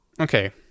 Okay